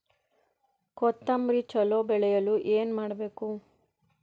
ಕೊತೊಂಬ್ರಿ ಚಲೋ ಬೆಳೆಯಲು ಏನ್ ಮಾಡ್ಬೇಕು?